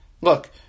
look